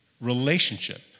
relationship